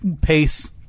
pace